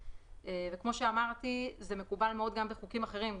כמו שאמרתי, זה מקובל מאוד גם בחוקים אחרים.